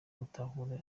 gutahura